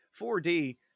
4d